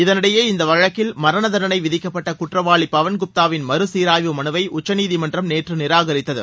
இதனிடையே இந்த வழக்கில் மரண தண்டனை விதிக்கப்பட்ட குற்றவாளி பவன் குப்தாவின் மறு சீராய்வு மனுவை உச்சநீதிமன்றம் நேற்று நிராகரித்தது